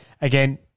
Again